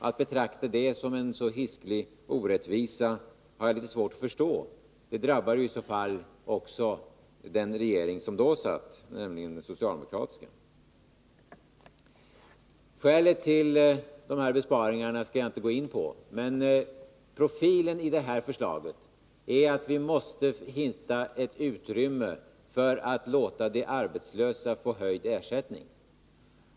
Att ni betraktar det som en så hisklig orättvisa har jag lite svårt att förstå. Det omdömet drabbar i så fall också den regering som då satt, nämligen den socialdemokratiska. Skälet till besparingarna skall jag inte gå in på nu, men jag vill peka på att profilen i förslaget är den att vi måste hitta utrymme för att låta de arbetslösa få höjd ersättning.